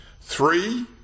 Three